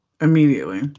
immediately